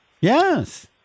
Yes